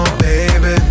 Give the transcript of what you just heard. baby